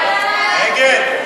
2015,